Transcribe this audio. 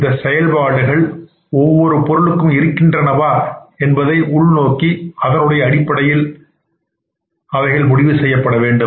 இந்த செயல்பாடுகள் ஒவ்வொரு பொருளுக்கும் இருக்கின்றனவா என்பதை உள்நோக்கி அதனுடைய அடிப்படையில் முடிவு செய்ய வேண்டும்